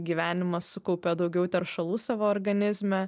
gyvenimą sukaupia daugiau teršalų savo organizme